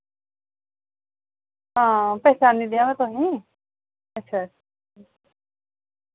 हां पैह्चानी लेआ मैं तुसें अच्छा